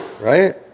Right